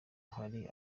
hari